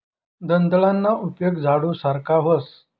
दंताळाना उपेग झाडू सारखा व्हस